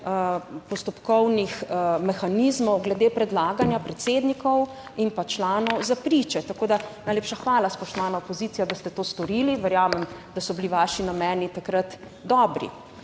postopkovnih mehanizmov glede predlaganja predsednikov in članov za priče. Tako da najlepša hvala, spoštovana opozicija, da ste to storili. Verjamem, da so bili vaši nameni takrat dobri.